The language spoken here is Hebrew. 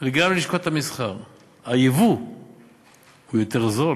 וגם ללשכות המסחר היבוא יותר זול,